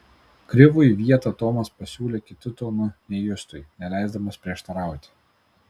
krivui vietą tomas pasiūlė kitu tonu nei justui neleisdamas prieštarauti